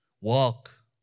walk